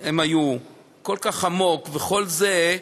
כל כך עמוק וכל זה,